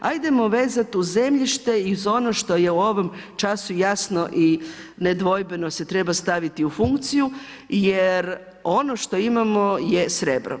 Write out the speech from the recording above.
Hajdemo vezat uz zemljište i uz ono što je u ovom času jasno i nedvojbeno se treba staviti u funkciju jer ono što imamo je srebro.